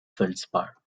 feldspar